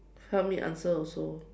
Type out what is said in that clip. help me answer also